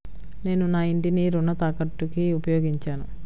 నేను నా ఇంటిని రుణ తాకట్టుకి ఉపయోగించాను